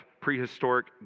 prehistoric